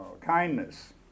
kindness